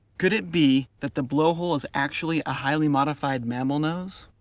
could it be that the blowhole is actually a highly modified mammal nose?